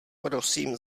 prosím